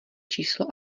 číslo